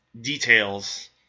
details